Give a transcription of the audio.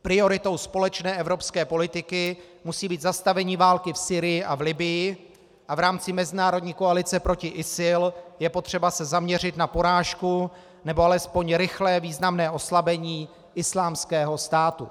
Prioritou společné evropské politiky musí být zastavení války v Sýrii a Libyi a v rámci mezinárodní koalice proti ISIL je potřeba se zaměřit na porážku, nebo alespoň rychlé významné oslabení Islámského státu.